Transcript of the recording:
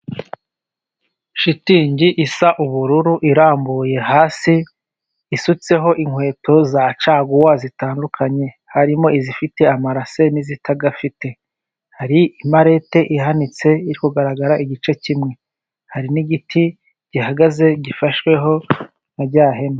Shitingi isa ubururu, irambuye hasi, isutseho inkweto za caguwa zitandukanye, harimo izifite amarase n'izitayafite. Hari imalete ihanitse iri kugaragara igice kimwe; hari n'igiti gihagaze, gifashweho na rya hema.